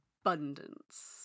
abundance